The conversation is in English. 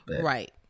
Right